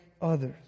others